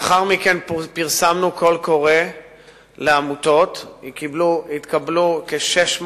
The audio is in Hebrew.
לאחר מכן פרסמנו קול קורא לעמותות, והתקבלו כ-600